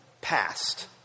passed